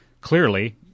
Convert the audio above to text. clearly